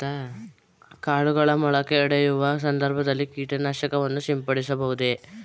ಕಾಳುಗಳು ಮೊಳಕೆಯೊಡೆಯುವ ಸಂದರ್ಭದಲ್ಲಿ ಕೀಟನಾಶಕವನ್ನು ಸಿಂಪಡಿಸಬಹುದೇ?